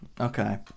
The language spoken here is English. okay